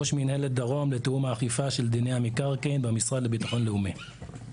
ראש מנהלת דרום לתיאום האכיפה של דיני המקרקעין במשרד לביטחון לאומי.